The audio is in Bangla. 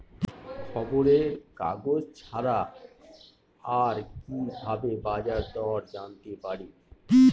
খবরের কাগজ ছাড়া আর কি ভাবে বাজার দর জানতে পারি?